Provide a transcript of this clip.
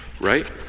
right